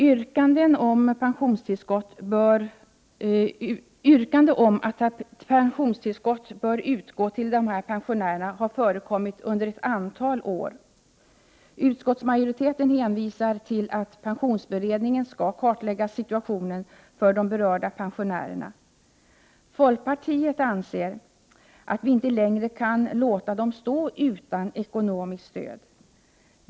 Yrkanden om att pensionstillskott bör utgå till dessa pensionärer har förekommit under ett antal år. Utskottsmajoriteten hänvisar till att pensionsberedningen skall kartlägga situationen för de berörda pensionärerna. Folkpartiet anser att man inte längre kan låta dessa pensionärer stå utan ekonomiskt stöd.